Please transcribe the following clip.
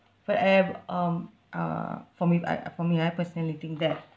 but I have um uh for me I for me I personally think that